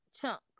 chunks